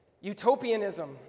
Utopianism